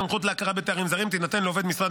הסמכות להכרה בתארים זרים תינתן לעובד במשרד